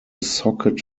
socket